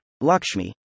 Lakshmi